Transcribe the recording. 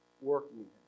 working